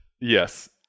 Yes